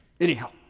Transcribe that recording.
Anyhow